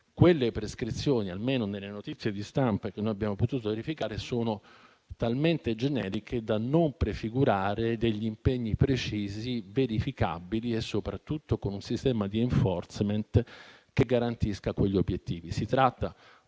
Tali prescrizioni, almeno dalle notizie di stampe che noi abbiamo potuto verificare, sono talmente generiche da non prefigurare degli impegni precisi verificabili, soprattutto con un sistema di *enforcement* che garantisca quegli obiettivi. Si tratta